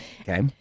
Okay